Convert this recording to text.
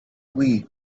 wii